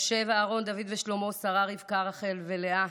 משה ואהרן, דוד ושלמה, שרה, רבקה, רחל ולאה,